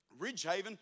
Ridgehaven